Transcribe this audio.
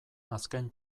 azken